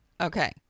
Okay